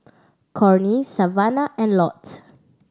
Cornie Savannah and Lott